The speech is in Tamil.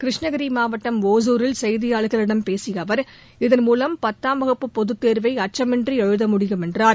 கிருஷ்ணகிரி மாவட்டம் ஒசூரில் செய்தியாளர்களிடம் பேசிய அவர் இதன்மூலம் பத்தாம் வகுப்பு பொதுத்தோ்வை அச்சமின்றி எழுதமுடியும் என்றார்